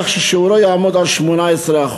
כך ששיעורו עומד על 18%,